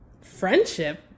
friendship